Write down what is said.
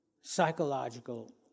psychological